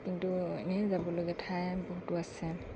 কিন্তু এনেই যাবলগীয়া ঠাই বহুতো আছে